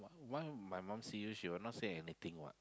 why why my mum see you she will not say anything what